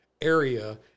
area